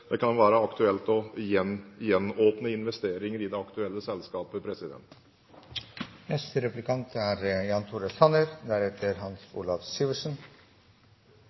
det kan være aktuelt å gjenåpne investeringer i det aktuelle selskapet.